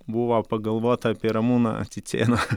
buvo pagalvota apie ramūną cicėną